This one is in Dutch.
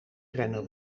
rennen